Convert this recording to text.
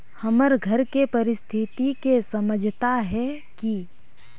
हमर घर के परिस्थिति के समझता है की?